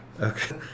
Okay